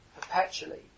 perpetually